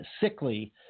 sickly